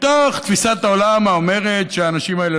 מתוך תפיסת העולם האומרת שהאנשים האלה